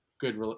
good